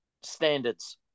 standards